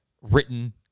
written